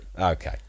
Okay